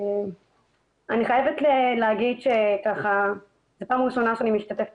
אני חייבת להגיד שזו פעם ראשונה שאני משתתפת